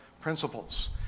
principles